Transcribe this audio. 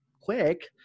quick